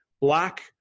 black